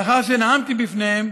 לאחר שנאמתי בפניהם